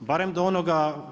barem do onoga.